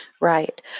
Right